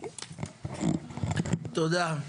תודה.